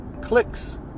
clicks